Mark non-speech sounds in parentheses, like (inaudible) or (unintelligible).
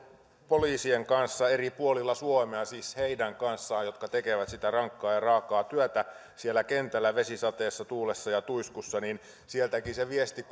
poliisien kanssa eri puolella suomea siis heidän kanssaan jotka tekevät sitä rankkaa ja raakaa työtä siellä kentällä vesisateessa tuulessa ja tuiskussa niin sieltäkin se viesti (unintelligible)